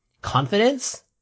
confidence